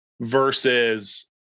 versus